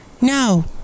No